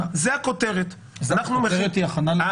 הכותרת היא "הכנה לקריאה ראשונה"?